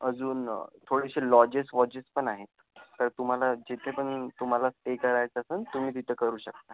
अजून थोडेशे लॉजेस वॉजेसपन आहे तर तुमाला जिथेपन तुमाला स्टे करायचा असंन तुमी तिथं करू शकता